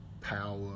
power